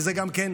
כי גם זה,